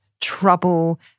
trouble